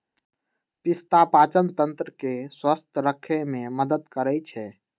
पिस्ता पाचनतंत्र के स्वस्थ रखे में मदद करई छई